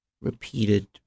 repeated